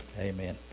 amen